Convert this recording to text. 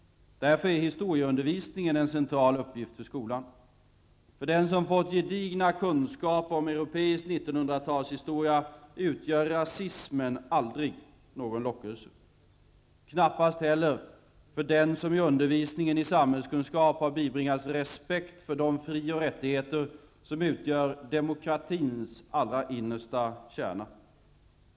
Därför är historieundervisningen en central uppgift för skolan. För den som har fått gedigna kunskaper om europeisk nittonhundratalshistoria utgör rasismen aldrig någon lockelse. Knappast heller för den som i undervisningen i samhällskunskap har bibringats respekt för de frioch rättigheter som utgör demokratins allra innersta kärna.